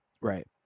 Right